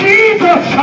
Jesus